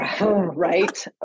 right